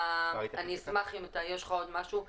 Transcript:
יש לך עוד משהו לומר?